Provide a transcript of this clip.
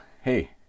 hey